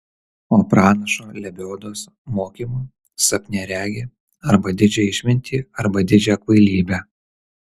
o pranašo lebiodos mokymu sapne regi arba didžią išmintį arba didžią kvailybę